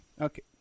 Okay